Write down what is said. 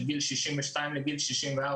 של גיל 62 לגיל 64,